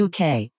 UK